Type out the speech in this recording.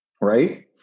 Right